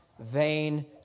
vain